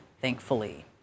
thankfully